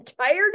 tired